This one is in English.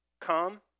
come